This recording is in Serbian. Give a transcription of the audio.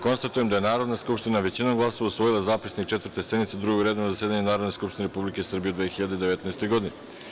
Konstatujem da je Narodna skupština većinom glasova usvojila Zapisnik Četvrte sednice Drugog redovnog zasedanja Narodne skupštine Republike Srbije u 2019. godini.